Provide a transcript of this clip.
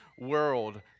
world